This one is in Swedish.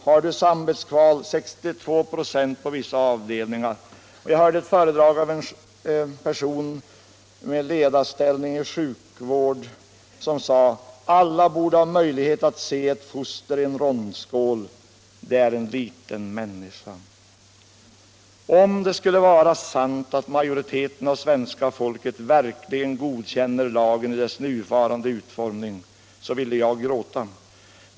Har du samvetskval: 62 26 på vissa avdelningar. Jag hörde ett föredrag av en person med ledarställning inom sjukvården som sade: Alla borde ha möjlighet att se ett foster i en rondskål, det är en liten människa. Om det skulle vara sant att majoriteten av svenska folket verkligen godkänner lagen i dess nuvarande utformning så ville jag gråta.